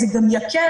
זה גם יקל,